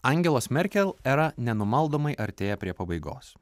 angelos merkel era nenumaldomai artėja prie pabaigos